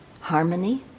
harmony